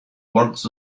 words